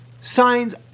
Signs